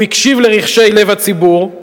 הוא הקשיב לרחשי לב הציבור,